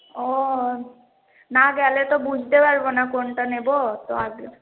ও না গেলে তো বুঝতে পারবো না কোনটা নেবো তো আজকে